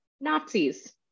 Nazis